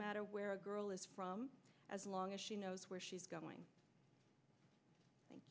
matter where a girl is from as long as she knows where she is going